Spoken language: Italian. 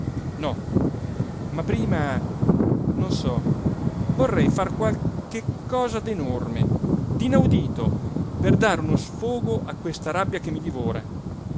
no ma prima non so vorrei far qualche cosa d'enorme d'inaudito per dare uno sfogo a questa rabbia che mi divora